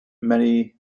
many